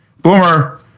Boomer